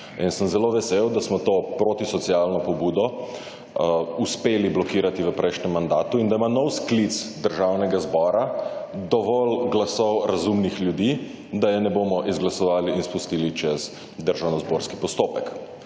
sem zelo vesel, da smo to protisocialno pobudo uspelo blokirati v prejšnjem mandatu in da ima nov sklic Državnega zbora dovolj glasov razumnih ljudi, da je ne bomo izglasovali in spustili čez državnozborski postopek.